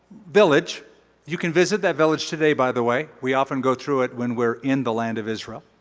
village you can visit that village today, by the way. we often go through it when we're in the land of israel.